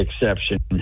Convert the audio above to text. exception